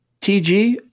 TG